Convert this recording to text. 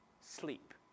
sleep